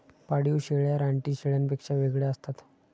पाळीव शेळ्या रानटी शेळ्यांपेक्षा वेगळ्या असतात